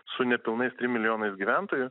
su nepilnais trim milijonais gyventojų